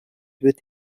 with